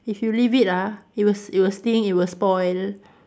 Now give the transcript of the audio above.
if you leave it ah it will it will stink it will spoil